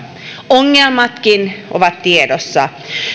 ongelmatkin ovat tiedossa